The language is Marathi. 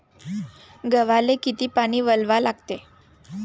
गव्हाले किती पानी वलवा लागते?